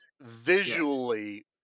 visually